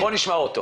נשמע אותו.